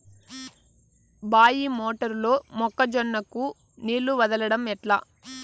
బాయి మోటారు లో మొక్క జొన్నకు నీళ్లు వదలడం ఎట్లా?